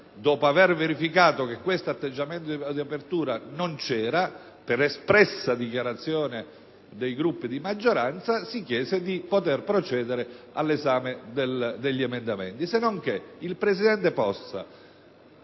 Dopo aver verificato che questo atteggiamento di apertura, per espressa dichiarazione dei Gruppi di maggioranza, non c'era, si chiese di poter procedere all'esame degli emendamenti. Sennonché il presidente Possa,